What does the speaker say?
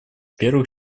первых